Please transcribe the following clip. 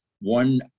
one